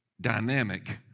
dynamic